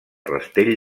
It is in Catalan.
rastell